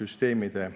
süsteemide